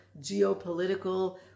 geopolitical